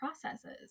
processes